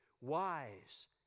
wise